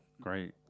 great